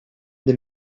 des